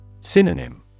Synonym